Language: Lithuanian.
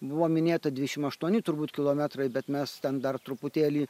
buvo minėta dvidešimt aštuoni turbūt kilometrai bet mes ten dar truputėlį